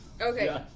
Okay